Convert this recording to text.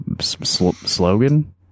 slogan